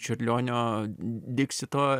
čiurlionio diksito